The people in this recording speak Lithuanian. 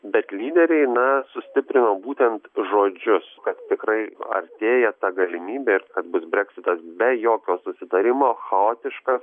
bet lyderiai na sustiprino būtent žodžius kad tikrai artėja ta galimybė ir bus breksitas be jokio susitarimo chaotiškas